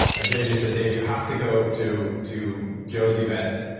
ah jj said, dave, you have to go to to joe's event,